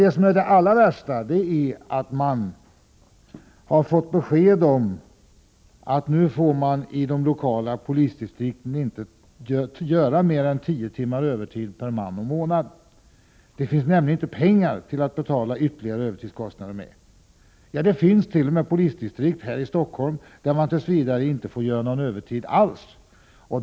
Det allra värsta är dock att de lokala polisdistrikten nu har fått besked om att de inte kan ta ut mer än tio timmars övertid per man och månad. Det finns nämligen inte pengar till att betala ytterligare övertidskostnader med. Det finns t.o.m. polisdistrikt här i Stockholm där personalen tills vidare inte får arbeta övertid alls.